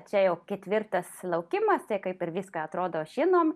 čia jau ketvirtas laukimas tai kaip ir viską atrodo žinom